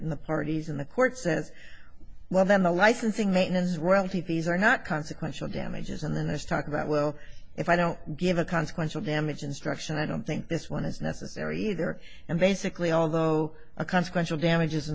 court in the parties and the court says well then the licensing maintenance royalty fees are not consequential damages and then there's talk about well if i don't give a consequential damage instruction i don't think this one is necessary either and basically although a consequential damages